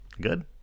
Good